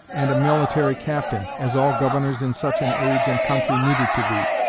and a military captain, as all governors in such an age and country needed to be.